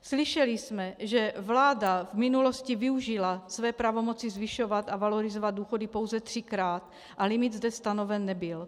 Slyšeli jsme, že vláda v minulosti využila své pravomoci zvyšovat a valorizovat důchody pouze třikrát a limit zde stanoven nebyl.